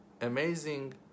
amazing